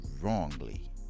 wrongly